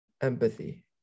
empathy